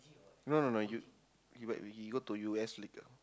no no no you he but he go to U_S later